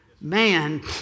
Man